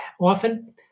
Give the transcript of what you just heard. often